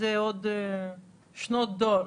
זה עוד שנות דור,